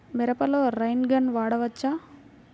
మిరపలో rain gun వాడవచ్చా?